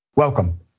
Welcome